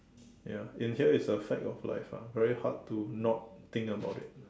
ya in here is a fact of life lah a very hard to not think about it